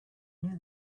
knew